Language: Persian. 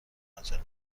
عجله